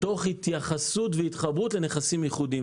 תוך התייחסות והתחברות לנכסים ייחודיים.